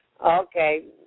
Okay